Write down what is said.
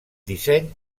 disseny